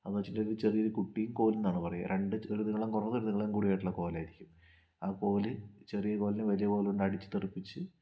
അതെന്ന് വെച്ചിട്ടുണ്ടെങ്കിൽ ചെറിയൊരു കുട്ടിയും കോലും എന്നാണ് പറയാ രണ്ട് ചെറുത്തുകളും കുറേ വലുതുകളും കൂടെയുള്ള കോലായിരിയ്ക്കും ആ കോല് ചെറിയ കോലിനെ വലിയ കോലുകൊണ്ട് അടിച്ച് തെറിപ്പിച്ച്